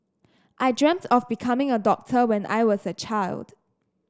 I dreamt of becoming a doctor when I was a child